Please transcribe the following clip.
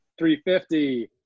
350